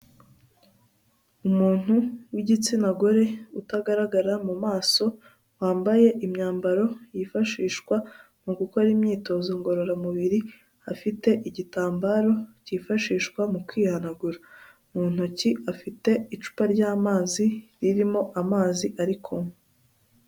Umuntu w'igitsina gore utagaragara mu maso wambaye imyambaro yifashishwa mu gukora imyitozo ngororamubiri, afite igitambaro cyifashishwa mu kwihanagura, mu ntoki afite icupa ry'amazi ririmo amazi ari kunywa.